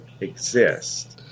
exist